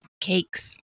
Cakes